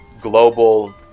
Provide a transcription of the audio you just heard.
global